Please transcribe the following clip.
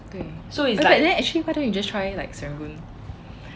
对 then actually why don't you just try it like serangoon